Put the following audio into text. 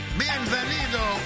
bienvenido